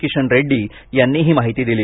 किशन रेड्डी यांनी ही माहिती दिली